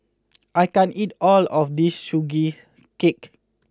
I can't eat all of this Sugee Cake